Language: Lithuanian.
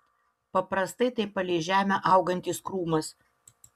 paprastai tai palei žemę augantis krūmas